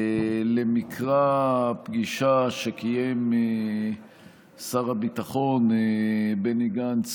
למקרא הפגישה שקיים שר הביטחון בני גנץ